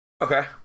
okay